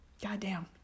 Goddamn